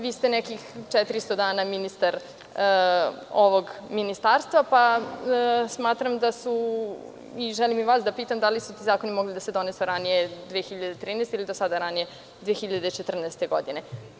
Vi ste nekih 400 dana ministar ovog ministarstva, pa smatram i želim da vas pitam – da li su ti zakoni mogli da se donesu ranije 2013. godine ili ranije 2014. godine?